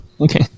Okay